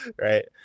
right